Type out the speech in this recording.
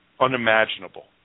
Unimaginable